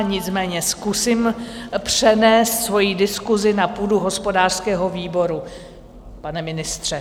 Nicméně zkusím přenést svoji diskusi na půdu hospodářského výboru, pane ministře.